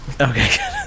okay